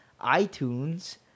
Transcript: itunes